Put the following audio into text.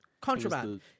Contraband